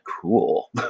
cool